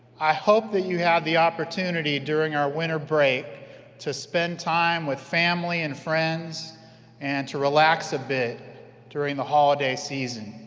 i hope you had the opportunity during our winter break to spend time with family and friends and to relax a bit during the holiday season.